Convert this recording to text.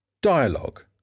Dialogue